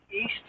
east